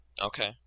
Okay